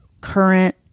current